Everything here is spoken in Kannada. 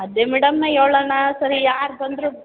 ಅದೇ ಮೇಡಮ್ ನಾನು ಹೇಳೋಣಾ ಸರಿ ಯಾರು ಬಂದರೂ